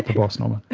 boss norman.